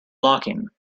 blocking